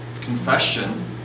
confession